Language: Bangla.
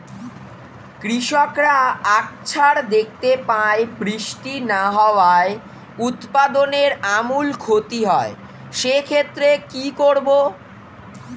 কৃষকরা আকছার দেখতে পায় বৃষ্টি না হওয়ায় উৎপাদনের আমূল ক্ষতি হয়, সে ক্ষেত্রে কি করব?